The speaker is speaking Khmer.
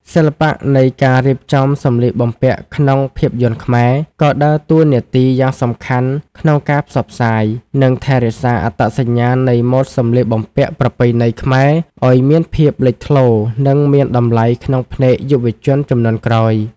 សិល្បៈនៃការរៀបចំសម្លៀកបំពាក់ក្នុងភាពយន្តខ្មែរ ក៏ដើរតួនាទីយ៉ាងសំខាន់ក្នុងការផ្សព្វផ្សាយ និងថែរក្សាអត្តសញ្ញាណនៃម៉ូដសម្លៀកបំពាក់ប្រពៃណីខ្មែរឱ្យមានភាពលេចធ្លោ និងមានតម្លៃក្នុងភ្នែកយុវជនជំនាន់ក្រោយ។